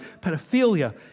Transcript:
pedophilia